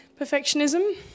perfectionism